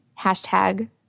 hashtag